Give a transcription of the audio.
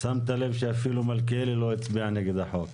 שמת לב שאפילו מלכיאלי לא הצביע נגד החוק.